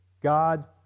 God